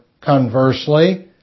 conversely